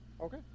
Okay